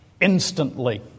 instantly